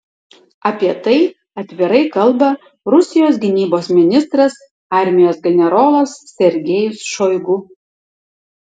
apie tai atvirai kalba rusijos gynybos ministras armijos generolas sergejus šoigu